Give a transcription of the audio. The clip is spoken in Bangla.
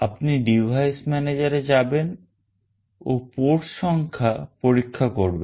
আপনি device managerএ যাবেন ও port সংখ্যা পরীক্ষা করবেন